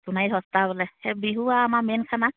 সোণাৰীত সস্তা বোলে আমাৰ মেইন খানা